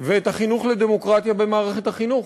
ואת החינוך לדמוקרטיה במערכת החינוך.